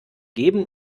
geben